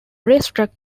racetrack